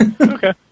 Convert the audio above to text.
Okay